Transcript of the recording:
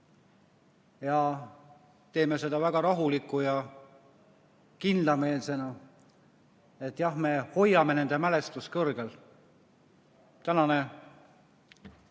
Me teeme seda väga rahuliku ja kindlameelsena, jah, me hoiame nende mälestust kõrgel. Tänane